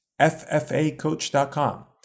ffacoach.com